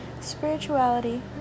spirituality